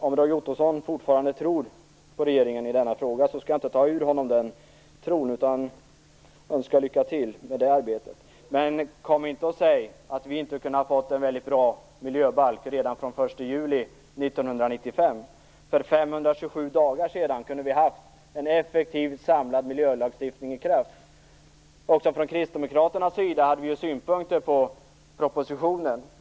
Om Roy Ottosson fortfarande tror på regeringen i denna fråga skall jag inte ta honom ur den tron. I stället önskar jag lycka till i det arbetet. Men kom inte och säg att vi inte skulle ha kunnat ha en väldigt bra miljöbalk redan den 1 juli 1995! För 527 dagar sedan hade vi alltså kunnat ha en effektiv samlad miljölagstiftning i kraft. Också vi kristdemokrater hade synpunkter på propositionen.